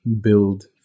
build